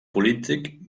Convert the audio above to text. polític